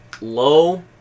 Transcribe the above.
Low